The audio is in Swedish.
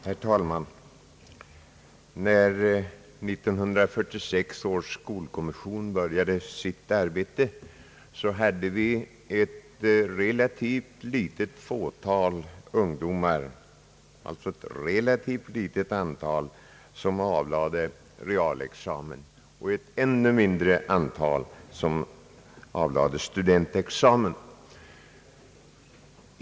Herr talman! När 1946 års skolkommission började sitt arbete hade vi ett relativt fåtal ungdomar som avlade realexamen och ett ännu mindre antal som avlade studentexamen.